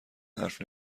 حرف